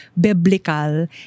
biblical